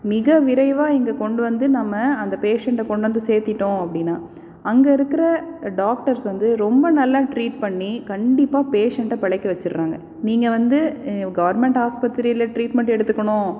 மிக விரைவாக இங்கே கொண்டு வந்து நாம் அந்த பேஷண்ட்டை கொண்டு வந்து சேர்த்திட்டோம் அப்படினா அங்கே இருக்கிற டாக்டர்ஸ் வந்து ரொம்ப நல்லா ட்ரீட் பண்ணி கண்டிப்பாக பேஷண்ட்டை பிழைக்க வச்சிடுறாங்க நீங்கள் வந்து கவர்மெண்ட் ஆஸ்பத்திரியில் ட்ரீட்மெண்ட் எடுத்துக்கணும்